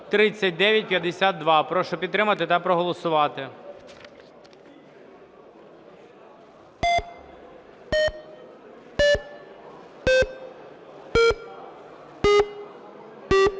3952). Прошу підтримати та проголосувати.